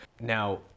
Now